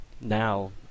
now